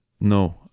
No